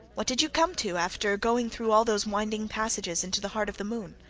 what did you come to, after going through all those winding passages into the heart of the moon?